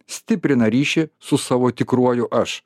stiprina ryšį su savo tikruoju aš